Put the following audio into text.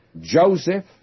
Joseph